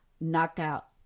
knockout